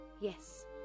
yes